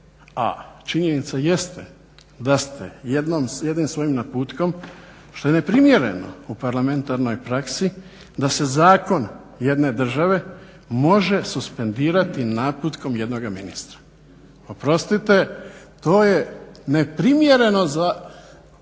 a činjenica jeste da ste jednim svojim naputkom što je neprimjerno u parlamentarnoj praksi da se zakon jedne države može suspendirati naputkom jednoga ministra. Oprostite to je neprimjereno za